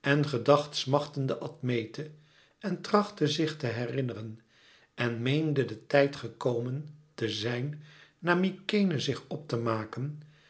en gedacht smachtende admete en trachtte zich te herinneren en meende de tijd gekomen te zijn naar mykenæ zich op te maken